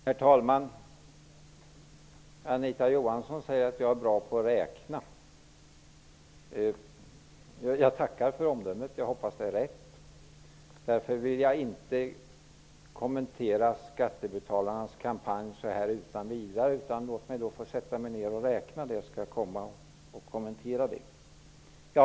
Herr talman! Anita Johansson säger att jag är bra på att räkna. Jag tackar för omdömet och hoppas att det stämmer. Jag vill inte kommentera Skattebetalarnas förenings kampanj så här utan vidare. Låt mig sätta mig ner och göra en beräkning, så skall jag återkomma med en kommentar.